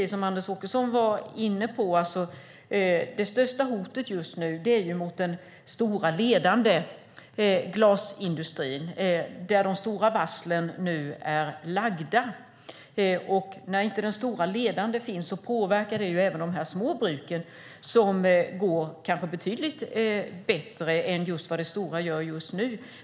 Som Anders Åkesson var inne på är det största hotet just nu det mot den stora ledande glasindustrin, där de stora varslen nu är lagda. När inte de stora ledande finns påverkar det även de små bruken som kanske går betydligt bättre än vad de stora gör just nu.